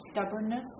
stubbornness